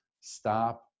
stop